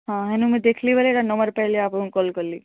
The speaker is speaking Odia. ହଁ ହେନ୍ ମୁଇଁ ଦେଖଲି ବେଲେ ନମ୍ବର୍ ପାଇଲି ଆପଣକୁଁ କଲ୍ କଲି